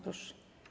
Proszę.